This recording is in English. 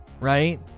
Right